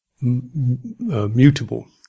mutable